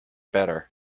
better